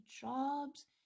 jobs